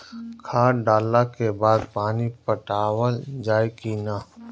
खाद डलला के बाद पानी पाटावाल जाई कि न?